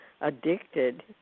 addicted